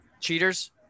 Cheaters